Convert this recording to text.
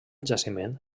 jaciment